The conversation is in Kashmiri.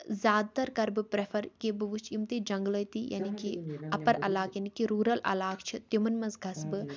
زیادٕ تَر کَرٕ بہٕ پرٛٮ۪فَر کہِ بہٕ وٕچھ یِم تہِ جنٛگلٲتی یعنے کہِ اَپَر علاقہٕ یعنی کہِ روٗرَل علاقہٕ چھِ تِمَن منٛز گژھٕ بہٕ